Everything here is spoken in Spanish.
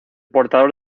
portador